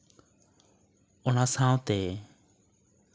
ᱚᱱᱟ ᱥᱟᱶᱛᱮ